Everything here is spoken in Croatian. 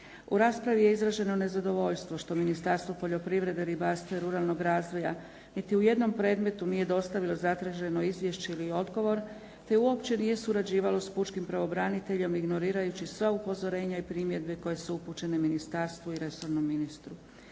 U raspravi je izraženo nezadovoljstvo što Ministarstvo poljoprivrede, ribarstva i ruralnog razvoja niti u jednom predmetu nije dostavilo zatraženo izvješće ili odgovor, te uopće nije surađivalo s pučkim pravobraniteljem ignorirajući sva upozorenja i primjedbe koje su upućene ministarstvu i resornom ministru.